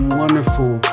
wonderful